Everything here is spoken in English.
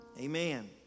Amen